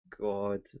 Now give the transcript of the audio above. God